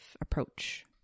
approach